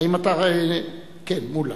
האם אתה, כן, מולה.